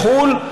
בחו"ל?